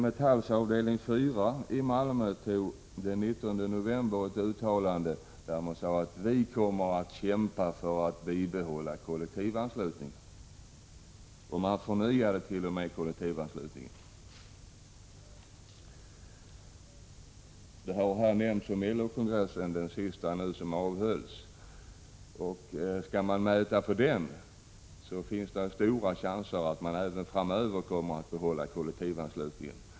Metalls avdelning 4 i Malmö antog den 19 november ett uttalande om att kämpa för att bibehålla kollektivanslutningen, och man förnyade den t.o.m. Det har talats om den senaste LO-kongressen, och skall man gå efter vad som hände där, finns stora chanser för att man även framöver kommer att behålla kollektivanslutningen.